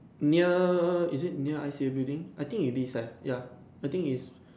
near is it near I_C_A building I think it is ah ya I think is